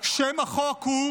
שם החוק הוא